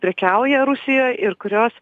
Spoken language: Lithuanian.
prekiauja rusijoj ir kurios